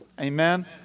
Amen